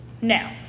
Now